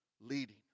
leading